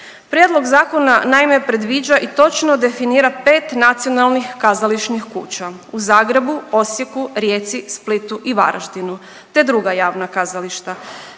Prijedlog zakona naime predviđa i točno definira pet nacionalnih kazališnih kuća u Zagrebu, Osijeku, Rijeci, Splitu i Varaždinu te druga javna kazališta.